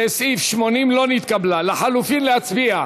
של קבוצת סיעת מרצ, קבוצת סיעת המחנה הציוני,